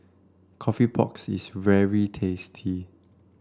coffee pork's is very tasty